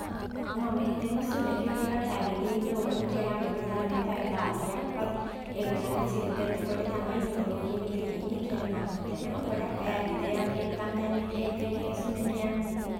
මම හිතනවා සුනඛයෝ ටිකක් ඇවිදින්න ඕනි කියලා, අඩුම තරමේ පැය භාගයක්වත්. ඒගොල්ලන්ගේ සිරුර එතකොට තමයි නීරෝගීව තියෙන්නේ කියලා මං හිතනවා. ගොඩක් අය ඇවිද්දවන්න එක්කන් යන්නෙත් ඒකනේ සුනඛයන්ව.